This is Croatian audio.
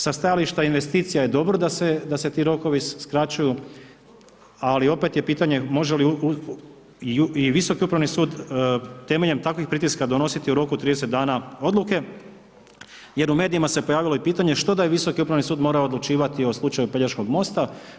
Sa stajališta investicija je dobro da se ti rokovi skraćuju, ali opet je pitanje, može li i Visoki upravni sud temeljem takvim pritiska donositi u roku 30 dana odluke jer u medijima se pojavilo i pitanje, što da je Visoki upravi sud morao odlučivati o slučaju Pelješkog mosta?